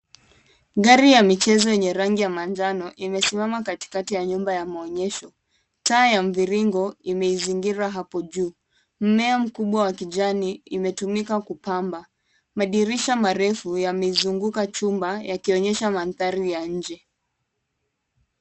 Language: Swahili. Gari ya michezo yenye rangi ya manjano imesimama katikati ya nyumba ya maonyesho . Taa ya mviringo imeizingira hapo juu. Mmea mkubwa wa kijani imetumika kupamba, Madirisha marefu yamezunguka chumba yakionyesha mandhari ya nje.